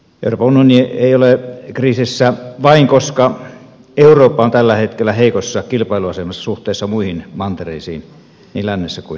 euroopan unioni ei ole kriisissä vain koska eurooppa on tällä hetkellä heikossa kilpailuasemassa suhteessa muihin mantereisiin niin lännessä kuin idässä